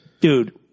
dude